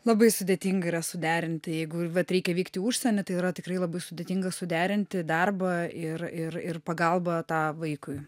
labai sudėtinga yra suderinti jeigu vat reikia vykti į užsienį tai yra tikrai labai sudėtinga suderinti darbą ir ir ir pagalbą tą vaikui